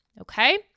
Okay